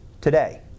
today